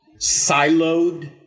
siloed